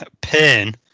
pain